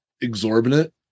exorbitant